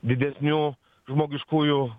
didesnių žmogiškųjų